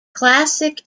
classic